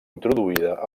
introduïda